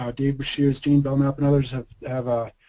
um dave breshears, gene belnap, and others have, have a